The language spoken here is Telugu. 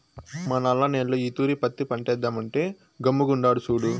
మా నల్ల నేల్లో ఈ తూరి పత్తి పంటేద్దామంటే గమ్ముగుండాడు సూడు